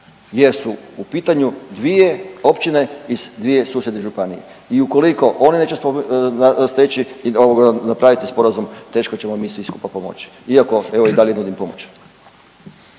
su u pitanju dvije općine iz dvije susjedne županije i ukoliko one neće steći ovoga napraviti sporazum teško ćemo mi svi skupa pomoći iako evo i dalje nudim pomoć.